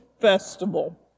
festival